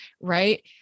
right